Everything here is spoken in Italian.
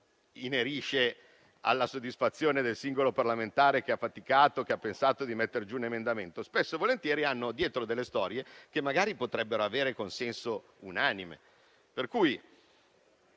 che inerisce alla soddisfazione del singolo parlamentare che ha faticato, che ha pensato di mettere giù un emendamento, ma spesso e volentieri hanno dietro delle storie che magari potrebbero avere un consenso unanime.